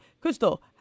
Crystal